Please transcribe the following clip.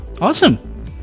awesome